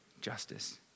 justice